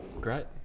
Great